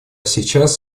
сейчас